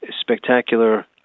spectacular